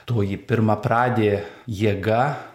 toji pirmapradė jėga